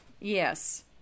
Yes